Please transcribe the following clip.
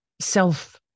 self